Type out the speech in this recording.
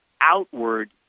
outward